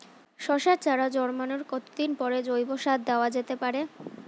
শশার চারা জন্মানোর কতদিন পরে জৈবিক সার দেওয়া যেতে পারে?